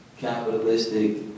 capitalistic